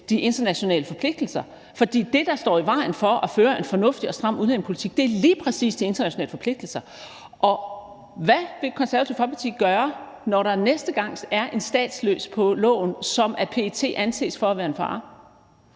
de internationale forpligtelser. For det, der står i vejen for at føre en fornuftig og stram udlændingepolitik, er lige præcis de internationale forpligtelser, og hvad vil Det Konservative Folkeparti gøre, når der næste gang er en statsløs på loven, som af PET anses for at være en fare: